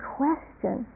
question